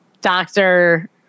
doctor